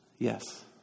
Yes